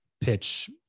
pitch